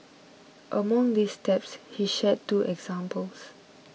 among these steps he shared two examples